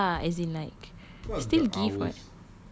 ya lah as in like they still give [what]